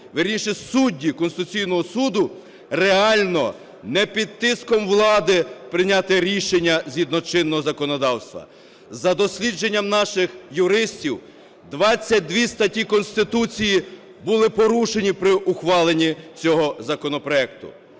вірніше судді Конституційного Суду, реально, не під тиском влади, прийняти рішення згідно чинного законодавства? За дослідженням наших юристів 22 статті Конституції були порушенні при ухваленні цього законопроекту.